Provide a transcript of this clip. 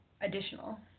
additional